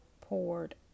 poured